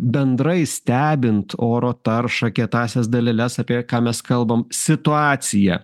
bendrai stebint oro taršą kietąsias daleles apie ką mes kalbam situacija